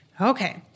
Okay